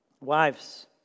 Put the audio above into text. Wives